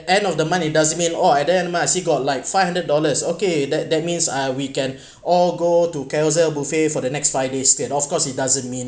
end of the month it doesn't mean oh at end of the month I still got like five hundred dollars okay that that means uh we can all go to casual buffet for the next five days days of course it doesn't mean